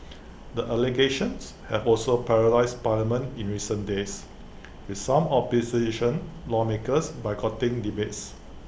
the allegations have also paralysed parliament in recent days with some opposition lawmakers boycotting debates